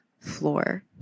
floor